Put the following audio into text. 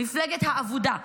מפלגת האבודה,